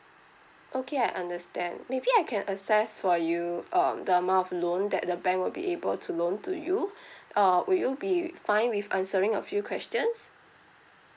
okay I understand maybe I can assess for you um the amount of loan that the bank will be able to loan to you uh would you be fine with answering a few questions